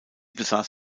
besaß